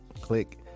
click